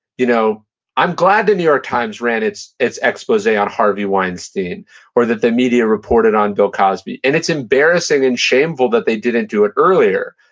you know i'm glad the new york times ran its its expose on harvey weinstein or that the media reported on bill cosby, and it's embarrassing and shameful that they didn't do it earlier.